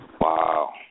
Wow